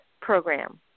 Program